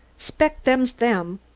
spect them's them.